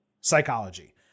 psychology